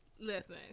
listen